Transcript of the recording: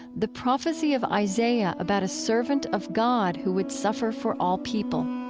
the prophecy of isaiah about a servant of god who would suffer for all people